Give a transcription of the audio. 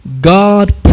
God